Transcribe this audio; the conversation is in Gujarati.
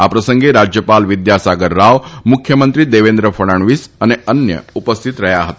આ પ્રસંગે રાજ્યપાલ વિદ્યાસાગર રાવ મુખ્યમંત્રી દેવેન્દ્ર ફડણવીસ અને અન્યો ઉપસ્થિત રહ્યા હતા